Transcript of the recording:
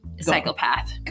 psychopath